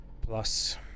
Plus